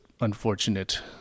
unfortunate